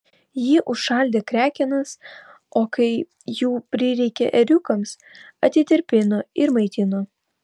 ji užšaldė krekenas o kai jų prireikė ėriukams atitirpino ir maitino